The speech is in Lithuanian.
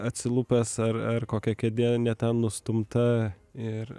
atsilupęs ar ar kokia kėdė ne ten nustumta ir